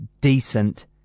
decent